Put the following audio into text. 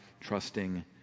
Trusting